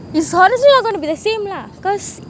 it's gonna be the same lah cause